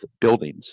buildings